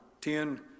Ten